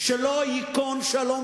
שלא ייכון שלום